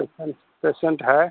patient patient है